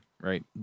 right